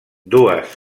dues